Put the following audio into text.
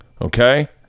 okay